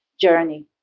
journey